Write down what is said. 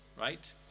right